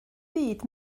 byd